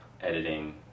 editing